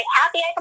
happy